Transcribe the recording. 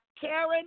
Karen